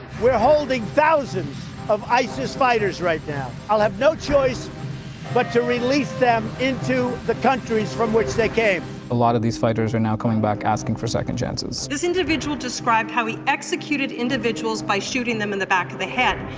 we're holding thousands of isis fighters right now. i'll have no choice but to release them into the countries from which they came. a lot of these fighters are now coming back asking for second chances. this individual described how he executed individuals by shooting them in the back of the head.